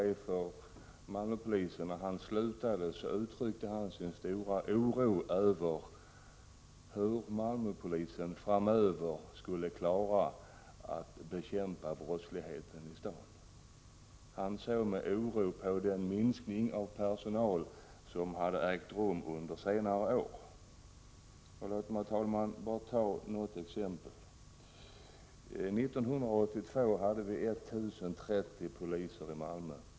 1987/88:74 Malmöpolisen framöver skulle klara av att bekämpa brottsligheten i staden. — 23 februari 1988 Han såg med oro på den minskning av personalen som hade ägt rum under senare år. Låt mig nämna ett exempel. 1982 fanns det 1 030 poliser i Malmö.